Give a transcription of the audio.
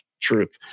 truth